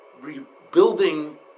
rebuilding